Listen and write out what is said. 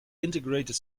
integrated